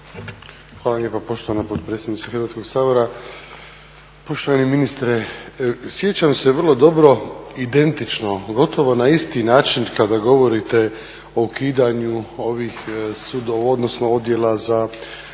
Hvala lijepa poštovana potpredsjednice Hrvatskog sabora. Poštovani ministre, sjećam se vrlo dobro indentično gotovo na isti način kada govorite o ukidanju ovih odjela za